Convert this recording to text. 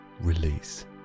release